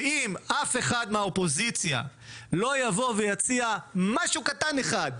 ואם אף אחד מהאופוזיציה לא יבוא ויציע משהו קטן אחד,